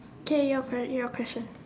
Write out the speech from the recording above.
can you repeat your question